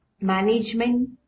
Management